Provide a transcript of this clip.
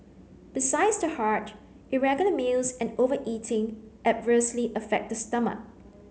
besides the heart irregular meals and overeating adversely affect the stomach